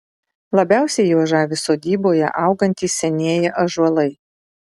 labiausiai juos žavi sodyboje augantys senieji ąžuolai